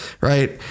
right